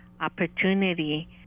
opportunity